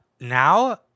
now